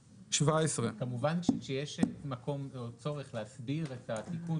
כמובן שיש מקום או צורך להסביר את התיקון.